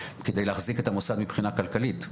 כדי להחזיק את המוסד מבחינה כלכלית,